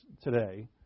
today